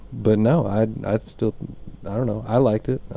but no i i still i don't know i liked it.